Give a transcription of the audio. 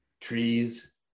trees